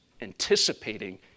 anticipating